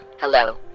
Hello